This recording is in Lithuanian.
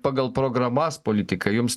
pagal programas politika jums